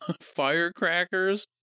firecrackers